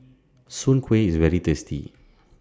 Soon Kway IS very tasty